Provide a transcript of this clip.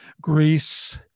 Greece